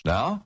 Now